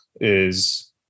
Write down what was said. is-